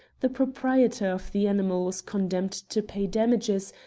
the proprietor of the animal was condemned to pay damages,